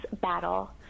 Battle